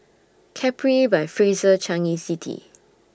Capri By Fraser Changi City